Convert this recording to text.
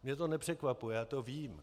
Mě to nepřekvapuje, já to vím.